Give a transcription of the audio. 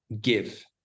give